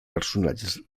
personatges